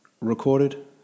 recorded